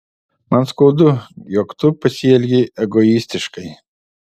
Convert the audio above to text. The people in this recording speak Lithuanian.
man skaudu jog tu pasielgei egoistiškai